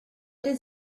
does